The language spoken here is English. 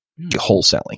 wholesaling